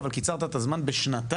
אבל קיצרת את הזמן בשנתיים.